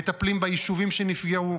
מטפלים ביישובים שנפגעו,